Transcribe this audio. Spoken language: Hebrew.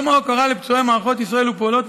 יום ההוקרה לפצועי מערכות ישראל ופעולות